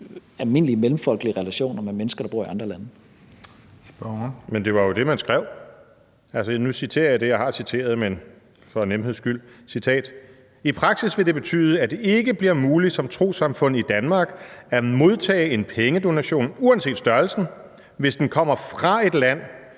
Spørgeren. Kl. 16:02 Morten Messerschmidt (DF): Men det var jo det, man skrev. Altså, nu citerer jeg det, jeg har citeret, for nemheds skyld: »I praksis vil det betyde, at det ikke bliver muligt som trossamfund i Danmark at modtage en pengedonation – uanset størrelsen – hvis den kommer fra et land,